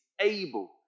able